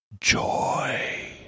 joy